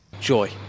Joy